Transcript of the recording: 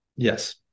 Yes